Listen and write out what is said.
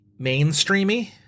mainstreamy